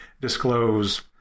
disclose